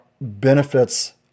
benefits